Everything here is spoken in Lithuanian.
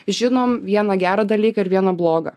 žinom vieną gerą dalyką ir vieną blogą